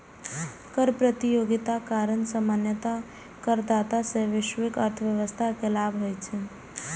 कर प्रतियोगिताक कारण सामान्यतः करदाता आ वैश्विक अर्थव्यवस्था कें लाभ होइ छै